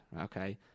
Okay